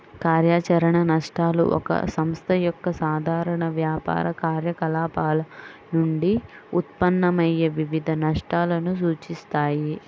కార్యాచరణ నష్టాలు ఒక సంస్థ యొక్క సాధారణ వ్యాపార కార్యకలాపాల నుండి ఉత్పన్నమయ్యే వివిధ నష్టాలను సూచిస్తాయి